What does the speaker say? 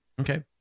Okay